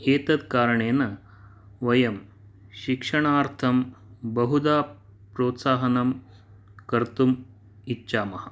एतत् करणेन वयं शिक्षणार्थं बहुधा प्रोत्साहनं कर्तुम् इच्छामः